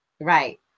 Right